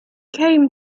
came